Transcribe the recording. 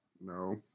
No